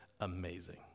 amazing